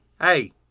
Hey